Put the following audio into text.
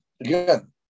again